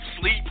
sleep